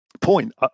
point